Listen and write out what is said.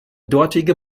dortige